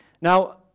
Now